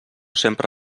sempre